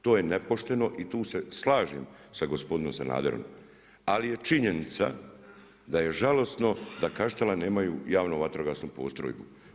To je nepošteno i tu se slažem sa gospodinom Sanaderom, ali je činjenica da je žalosno da Kaštela nemaju javnu vatrogasnu postrojbu.